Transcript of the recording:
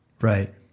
Right